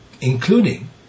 including